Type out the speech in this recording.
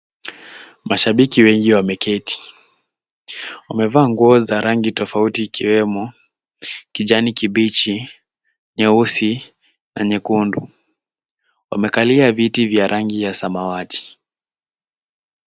Mashabiki wengi wameketi. Wamevaa nguo za rangi tofauti ikiwemo kijani kibichi, nyeusi na nyekundu. Wamekalia viti vya rangi ya samawati.